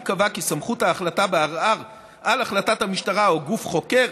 ייקבע כי סמכות ההחלטה בערר על החלטת המשטרה או גוף חוקר